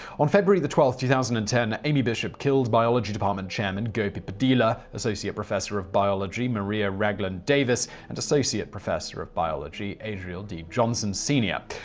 on february twelve, two thousand and ten, amy bishop killed biology department chairman gopi podila, associate professor of biology maria ragland davis, and associate professor of biology adriel d. johnson, sr.